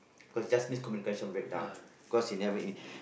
cause just miscommunication breakdown because she never